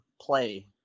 play